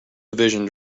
division